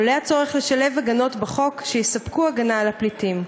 עולה הצורך לשלב הגנות בחוק שיספקו הגנה על הפליטים.